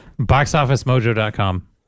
Boxofficemojo.com